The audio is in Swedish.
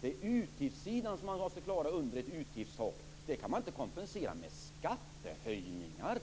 Det är utgiftssidan som man måste klara under ett utgiftstak. Det kan man inte kompensera med skattehöjningar.